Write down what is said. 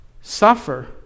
suffer